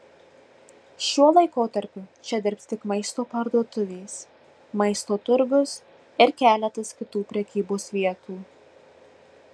šiuo laikotarpiu čia dirbs tik maisto parduotuvės maisto turgus ir keletas kitų prekybos vietų